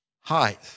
height